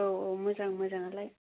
औ औ मोजां मोजां आलाय